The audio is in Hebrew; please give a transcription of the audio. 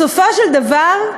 בסופו של דבר,